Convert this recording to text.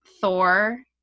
Thor